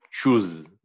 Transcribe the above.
choose